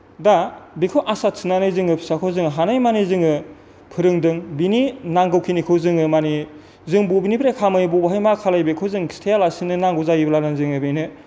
दा बेखौ आसा थिनानै जोंंनि फिसाखौ जोङो हानायमानि जोङो फोरोंदों बिनि नांगौखिनिखौ जोङो माने जों बबेनिफ्राय खामायो बबावहाय मा खालामो बेखौ जों खिथायालासिनो नांगौ जायोब्लानो जोङो बिनो